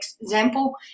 example